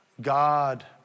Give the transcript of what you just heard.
God